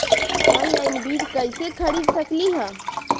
Online बीज कईसे खरीद सकली ह?